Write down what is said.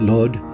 Lord